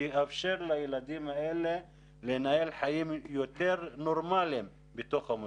שתאפשר לילדים הללו לנהל חיים יותר נורמליים בתוך המוסדות.